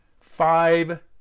five